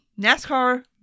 NASCAR